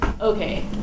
Okay